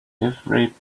every